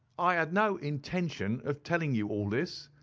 i had no intention of telling you all this,